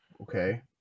Okay